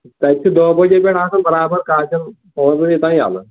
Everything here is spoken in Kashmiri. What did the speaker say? تَتہِ چھ دَہ بجے پیٚٹھ آسان برابر کالچن پانٛژھ بجے تام یَلہٕ